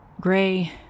gray